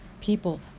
People